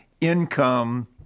income